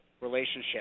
relationship